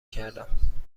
کردم